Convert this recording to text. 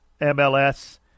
MLS